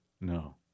No